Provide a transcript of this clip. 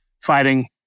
fighting